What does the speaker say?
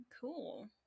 Cool